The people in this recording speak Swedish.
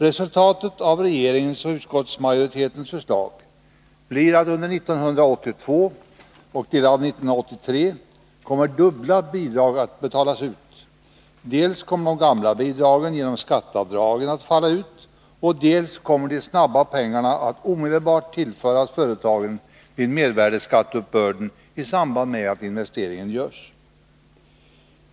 Resultatet av regeringens och utskottsmajoritetens förslag blir att under 1982 och delar av 1983 kommer dubbla bidrag att betalas ut. Dels kommer de gamla bidragen genom skatteavdrag att falla ut, dels kommer snabba pengar att omedelbart tillföras företagen vid mervärdeskatteuppbörden i samband med att investeringen görs.